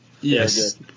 Yes